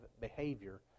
behavior